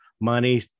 money